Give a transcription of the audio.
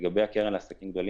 לגבי הקרן לעסקים גדולים,